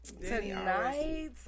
tonight